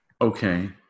Okay